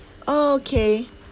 oh okay